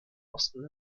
osten